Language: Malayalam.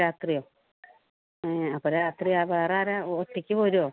രാത്രിയോ അപ്പോൾ രാത്രി വേറെ ആരാണ് ഒറ്റയ്ക്ക് പോരുമോ